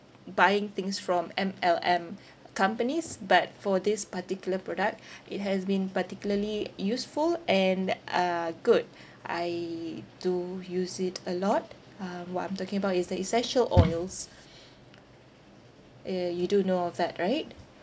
buying things from M_L_M companies but for this particular product it has been particularly useful and uh good I do use it a lot um what I'm talking about is the essential oils uh you do know of that right